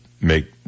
make